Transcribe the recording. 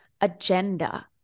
agenda